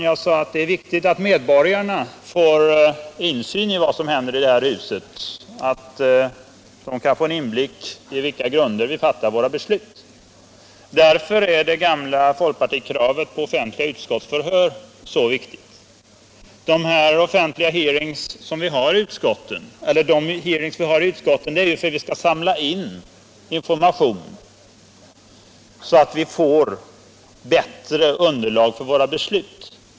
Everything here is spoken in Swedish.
Jag sade att det är viktigt att medborgarna får insyn i vad som händer i det här huset, att de kan få en inblick i de grunder på vilka vi fattar våra beslut. Därför är det gamla folkpartikravet om offentliga utskottsutfrågningar så viktigt. Utskotten anordnar ju hearings för att samla in information, så att vi får bättre underlag för våra beslut.